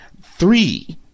three